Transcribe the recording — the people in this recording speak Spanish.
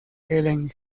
helen